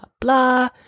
blah